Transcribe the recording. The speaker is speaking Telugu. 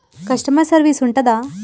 కస్టమర్ సర్వీస్ ఉంటుందా?